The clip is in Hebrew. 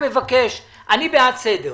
אני בעד סדר.